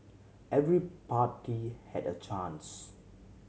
every party had a chance